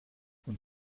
und